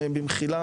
ובמחילה,